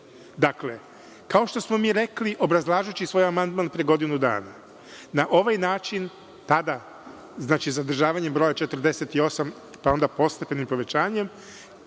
Dakle, kao što smo mi rekli obrazlažući svoj amandman pre godinu dana, na ovaj način pada, zadržavanjem broja 48, pa onda postepenim povećanjem,